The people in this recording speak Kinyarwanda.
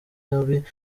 nabi